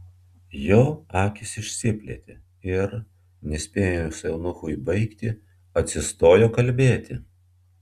jo akys išsiplėtė ir nespėjus eunuchui baigti atsistojo kalbėti